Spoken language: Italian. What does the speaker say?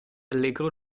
allegro